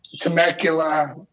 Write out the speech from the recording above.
Temecula